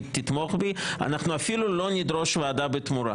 ואנחנו לא נדרוש ועדה בתמורה.